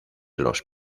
los